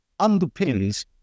underpins